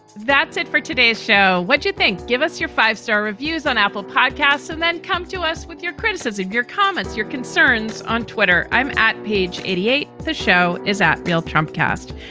that's it for today's show. what you think? give us your five star reviews on apple podcasts and then come to us with your criticism, your comments, your concerns on twitter. i'm at page eighty eight. the show is at bill trump cast.